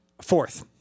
Fourth